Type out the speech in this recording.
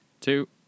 two